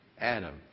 Adam